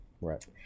Right